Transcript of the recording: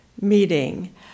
meeting